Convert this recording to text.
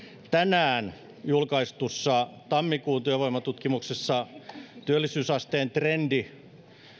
tänään julkaistun tammikuun työvoimatutkimuksen mukaan työllisyysasteen trendi